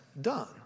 done